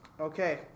Okay